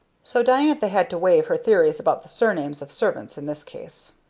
so diantha had to waive her theories about the surnames of servants in this case.